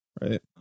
right